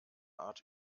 art